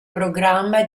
programma